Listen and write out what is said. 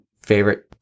favorite